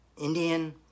Indian